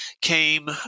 came